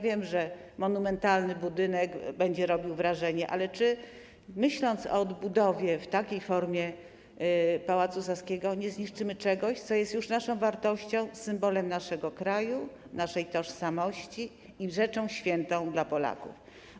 Wiem, że monumentalny budynek również będzie robił wrażenie, ale czy myśląc o odbudowie w takiej formie Pałacu Saskiego, nie zniszczymy czegoś, co jest już wartością, symbolem naszego kraju, naszej tożsamości i rzeczą świętą dla Polaków?